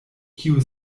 kiu